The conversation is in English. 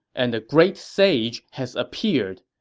and the great sage has appeared.